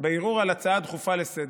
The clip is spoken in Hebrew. בערעור על הצעה דחופה לסדר-היום.